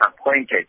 appointed